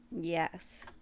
Yes